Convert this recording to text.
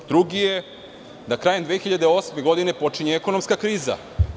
Drugi je da krajem 2008. godine počinje ekonomska kriza.